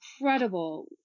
incredible